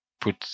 put